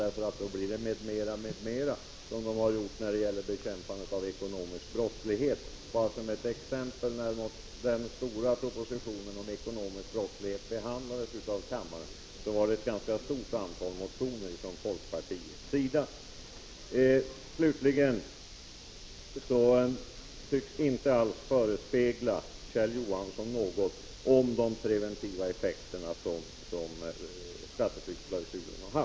Då blir det bara nya upprepningar — precis som beträffande folkpartiets bekämpande av den ekonomiska brottsligheten. Bara som ett exempel kan nämnas att det när den stora propositionen om ekonomisk brottslighet behandlades av kammaren fanns ett ganska stort antal motioner från folkpartiets sida. Slutligen: Det tycks inte alls föresväva Kjell Johansson att skatteflyktsklausulen kan ha haft några preventiva effekter.